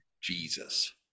Jesus